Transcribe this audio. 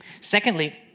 Secondly